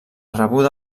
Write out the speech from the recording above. rebuda